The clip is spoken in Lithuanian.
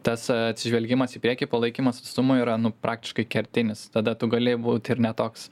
tas atsižvelgimas į priekį palaikymas atstumo yra nu praktiškai kertinis tada tu gali būt ir ne toks